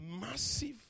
massive